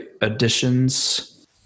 additions